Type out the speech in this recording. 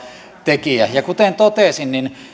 tekijä kuten totesin